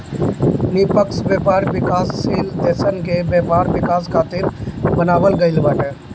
निष्पक्ष व्यापार विकासशील देसन के व्यापार विकास खातिर बनावल गईल बाटे